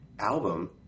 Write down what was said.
album